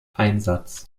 einsatz